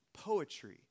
poetry